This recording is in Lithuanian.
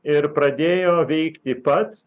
ir pradėjo veikti pats